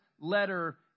letter